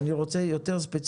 אבל אני יותר ספציפי,